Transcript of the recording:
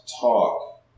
talk